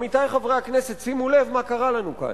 עמיתי חברי הכנסת, שימו לב מה קרה לנו כאן: